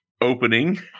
opening